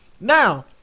Now